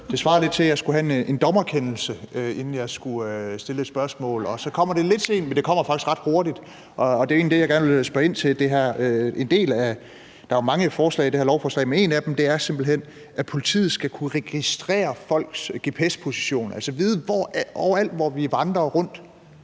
det svarer lidt til, at jeg skulle have en dommerkendelse, inden jeg skulle stille et spørgsmål, og så kommer den lidt sent, men faktisk ret hurtigt. Og det er egentlig det, jeg gerne vil spørge ind til. Der er jo mange forslag i det her lovforslag, men et af dem er simpelt hen, at politiet skal kunne registrere folks gps-position, altså vide, hvor vi vandrer rundt,